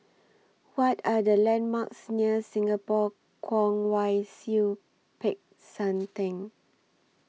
What Are The landmarks near Singapore Kwong Wai Siew Peck San Theng